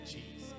Jesus